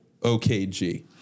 OKG